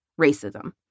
racism